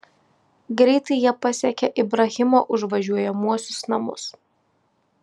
greitai jie pasiekė ibrahimo užvažiuojamuosius namus